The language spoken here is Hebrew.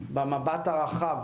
במבט הרחב,